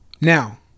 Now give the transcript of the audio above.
Now